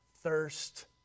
thirst